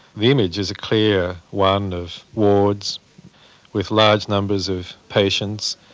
the image is a clear one of wards with large numbers of patients,